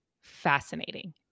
fascinating